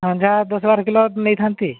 ହଁ ଯାହା ଦଶ ବାର କିଲୋ ନେଇଥାନ୍ତି